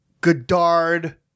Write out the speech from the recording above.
Godard